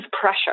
pressure